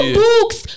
books